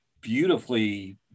beautifully